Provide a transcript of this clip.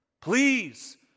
Please